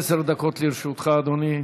עשר דקות לרשותך, אדוני.